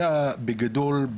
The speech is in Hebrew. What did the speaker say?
זה בגדול,